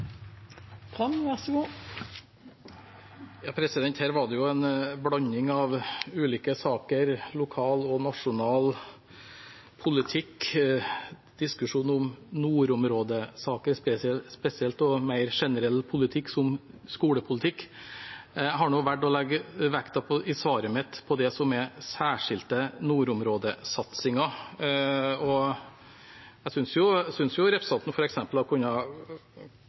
Her var det en blanding av ulike saker, lokal og nasjonal politikk, diskusjon om nordområdesaker spesielt, og mer generell politikk, som skolepolitikk. Jeg har i svaret mitt valgt å legge vekt på det som er særskilte nordområdesatsinger. Jeg synes jo representanten f.eks. hadde kunnet koste på seg å hake av som positivt at vi i dag kunne melde at etter at saken har